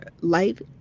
life